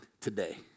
today